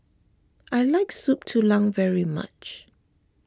I like Soup Tulang very much